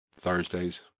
Thursdays